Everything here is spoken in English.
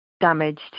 Damaged